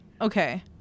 okay